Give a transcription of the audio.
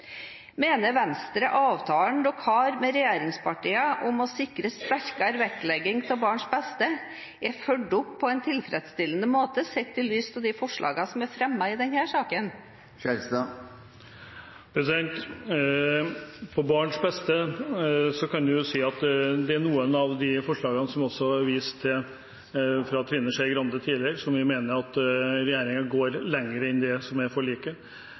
Mener Venstre at avtalen de har med regjeringspartiene om å sikre sterkere vektlegging av barns beste, er fulgt opp på en tilfredsstillende måte, sett i lys av de forslagene som er fremmet i denne saken? Med hensyn til barns beste kan vi si at når det gjelder noen av de forslagene som også Trine Skei Grande har vist til tidligere, mener vi at regjeringen går lenger enn det som ligger i forliket. Derfor er